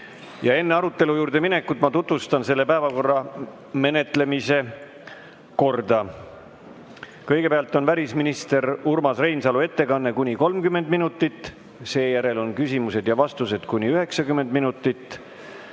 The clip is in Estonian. Enne arutelu juurde minekut ma tutvustan selle päevakorrapunkti menetlemise korda. Kõigepealt on välisminister Urmas Reinsalu ettekanne kuni 30 minutit. Seejärel on küsimused ja vastused kuni 90 minutit.